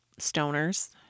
stoners